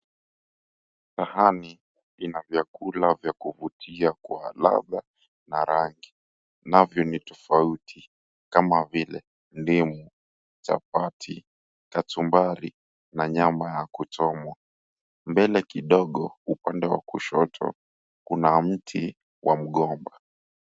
Sahani ina vyakula vya kuvutia kwa rangi na ladha ambavyo ni tofauti kama vile ndimu, chapati, kachumbari na nyama ya kuchomwa. Mbele kidogo upande wa kushoto kuna mti wa migomba.